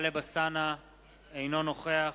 אינו נוכח